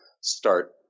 start